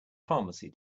pharmacy